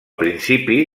principi